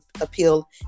appeal